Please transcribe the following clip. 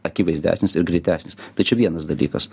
akivaizdesnis ir greitesnis tai čia vienas dalykas